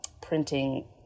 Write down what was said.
printing